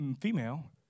female